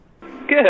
Good